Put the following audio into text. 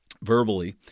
verbally